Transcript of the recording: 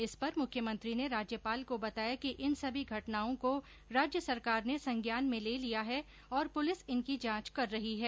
इस पर मुख्यमंत्री ने राज्यपाल को बताया कि इन सभी घटनाओं को राज्य सरकार ने संज्ञान में ले लिया है और पुलिस इनकी जांच कर रही है